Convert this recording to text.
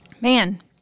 man